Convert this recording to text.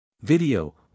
Video